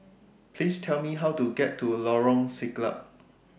Please Tell Me How to get to Lorong Siglap